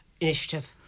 initiative